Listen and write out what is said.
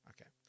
Okay